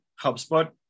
HubSpot